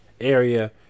area